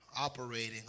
operating